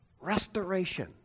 restoration